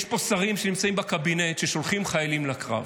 יש פה שרים שנמצאים בקבינט ושולחים חיילים לקרב.